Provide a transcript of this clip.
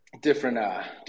different